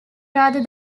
rather